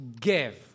give